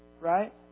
right